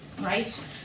right